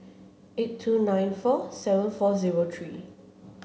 eight two nine four seven four zero three